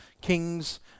kings